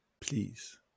please